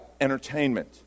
entertainment